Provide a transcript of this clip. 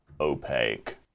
opaque